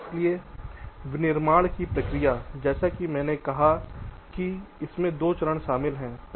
इसलिए विनिर्माण प्रक्रिया जैसा कि मैंने कहा कि इसमें दो चरण शामिल हैं